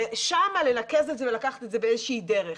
ושם לנקז את זה ולקחת את זה באיזושהי דרך.